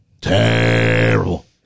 Terrible